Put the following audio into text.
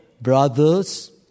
brothers